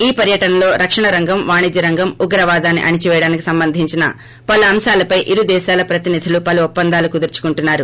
ఈ పర్యటనలో రక్షణ రంగం వాణిజ్య రంగం ఉగ్రవాదాన్ని అణిచివేయడానికి సంబంధించిన పలు అంశాలపై ఇరు దేశాల ప్రతినిధులు పలు ఒప్పందాలు కుదుర్చుకుంటున్నారు